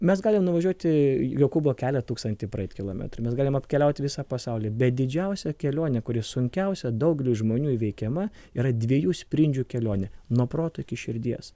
mes galim nuvažiuoti jokūbo kelią tūkstantį praeit kilometrų mes galim apkeliaut visą pasaulį bet didžiausia kelionė kuri sunkiausia daugeliui žmonių įveikiama yra dviejų sprindžių kelionė nuo proto iki širdies